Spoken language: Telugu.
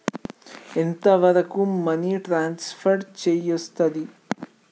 ఎంత వరకు మనీ ట్రాన్స్ఫర్ చేయస్తది?